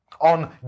on